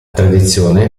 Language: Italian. tradizione